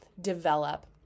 develop